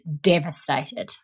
devastated